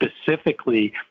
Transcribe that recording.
specifically